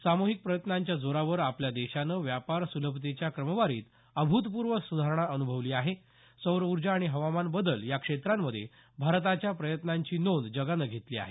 सामुहिक प्रयत्नांच्या जोरावर आपल्या देशानं व्यापार सुलभतेच्या क्रमवारीत अभूतपूर्व सुधारणा अनुभवली आहे सौर ऊर्जा आणि हवामान बदल या क्षेत्रांमध्ये भारताच्या प्रयत्नांची नोंद जगानं घेतली आहे